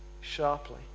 sharply